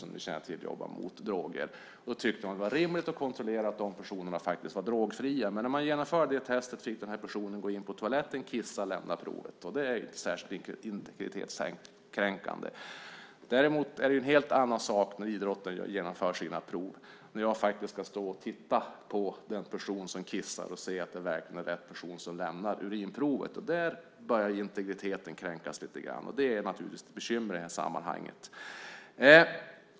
Som vi känner till jobbar man där mot droger. Man tyckte att det var rimligt att kontrollera att de som jobbar där är drogfria. Men när man genomförde testet fick den här personen gå in på toaletten, kissa och lämna provet. Det är inte särskilt integritetskränkande. Däremot är det en helt annan sak när idrottare genomför sina prov. Då ska man stå och titta på den person som kissar och se att det verkligen är rätt person som lämnar urinprovet. Där börjar integriteten kränkas lite grann. Det är naturligtvis ett bekymmer i sammanhanget.